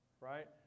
right